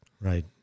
Right